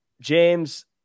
James